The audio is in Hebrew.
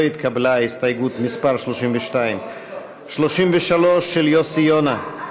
לא התקבלה הסתייגות מס' 32. 33, של יוסי יונה,